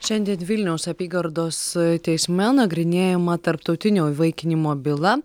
šiandien vilniaus apygardos teisme nagrinėjama tarptautinio įvaikinimo byla